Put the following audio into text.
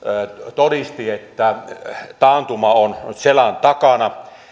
todisti että taantuma on selän takana